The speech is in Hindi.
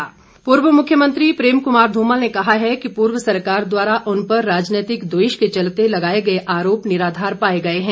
धुमल पूर्व मुख्यमंत्री प्रेम कुमार धूमल ने कहा है कि पूर्व सरकार द्वारा उन पर राजनैतिक द्वेष के चलते लगाए गए आरोप निराधार पाए गए हैं